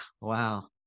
wow